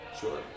Sure